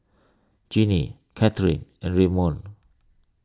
Jeanie Catherine and Redmond